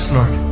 Lord